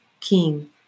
king